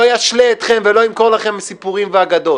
לא אשלה ולא אמכור לכם סיפורים ואגדות.